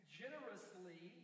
generously